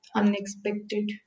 unexpected